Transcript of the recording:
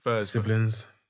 siblings